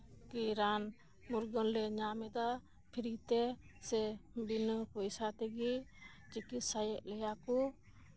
ᱨᱟᱱ ᱢᱩᱨᱜᱟᱹᱱ ᱞᱮ ᱧᱟᱢ ᱮᱫᱟ ᱯᱷᱨᱤᱛᱮ ᱥᱮ ᱵᱤᱱᱟᱹ ᱯᱚᱭᱥᱟ ᱛᱮᱜᱮ ᱪᱤᱠᱤᱛᱥᱟᱭᱮᱫ ᱞᱮᱭᱟ ᱠᱚ